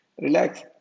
relax